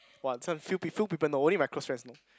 !wah! this one few pe~ few people know only my close friends know